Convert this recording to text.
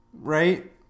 Right